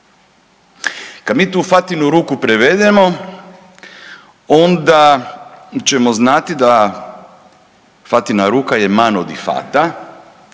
Kad mi tu Fatinu ruku prevedemo onda ćemo znati da Fatina ruka je Mano di Fata,